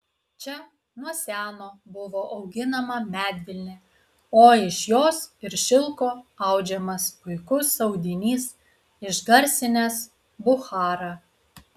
čia nuo seno buvo auginama medvilnė o iš jos ir šilko audžiamas puikus audinys išgarsinęs bucharą